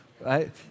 right